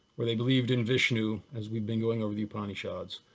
where they believed in vishnu, as we've been going over the upanishads.